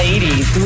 Ladies